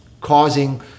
causing